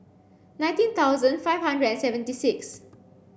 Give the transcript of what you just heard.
nineteen thousand five hundred and seventy six